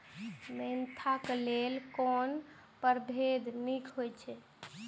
Mentha क लेल कोन परभेद निक होयत अछि?